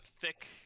thick